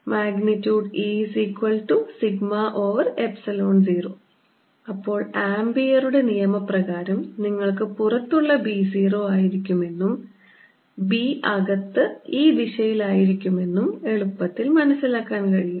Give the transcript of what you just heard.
E0 അപ്പോൾ ആമ്പിയറുടെ നിയമപ്രകാരം നിങ്ങൾക്ക് പുറത്തുള്ള B 0 ആയിരിക്കുമെന്നും B അകത്ത് ഈ ദിശയിൽ ആയിരിക്കുമെന്നും നിങ്ങൾക്ക് എളുപ്പത്തിൽ മനസ്സിലാക്കാൻ കഴിയും